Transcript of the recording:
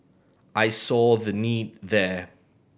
I saw the need there